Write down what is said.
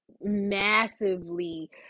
massively